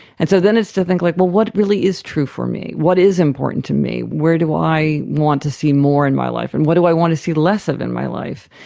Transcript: and so then it's to think, like, what what really is true for me, what is important to me, where do i want to see more in my life, and what do i want to see less of in my life,